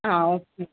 ಹಾಂ ಓಕೆ